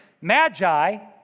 Magi